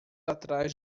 atrás